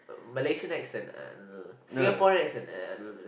Malaysian accent Singaporean accent